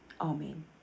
Amen